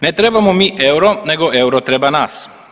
Ne trebamo mi euro nego euro treba nas.